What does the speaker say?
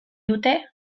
dute